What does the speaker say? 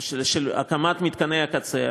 של הקמת מתקני הקצה.